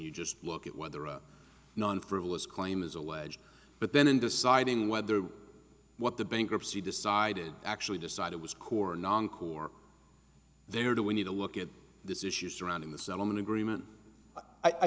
you just look at whether a non frivolous claim is alleged but then in deciding whether what the bankruptcy decided actually decided was core non core there do we need to look at this issue surrounding the settlement agreement i